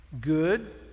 good